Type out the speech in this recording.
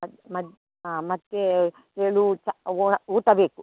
ಅದು ಮತ್ತೆ ಹಾಂ ಮತ್ತೆ ಏಳು ಊ ಚ ಊಟ ಬೇಕು